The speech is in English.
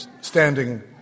standing